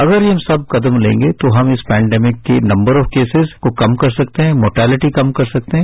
अगर हम ये सख्त कदम लेंगे तो हम इस पेंडेमिक के नम्बर ऑफ केसेस को कम कर सकते हैं मोर्टेलिटी कम कर सकते हैं